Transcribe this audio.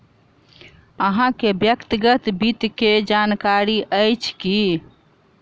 अहाँ के व्यक्तिगत वित्त के जानकारी अइछ की?